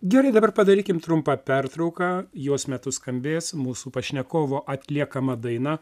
gerai dabar padarykim trumpą pertrauką jos metu skambės mūsų pašnekovo atliekama daina